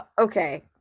Okay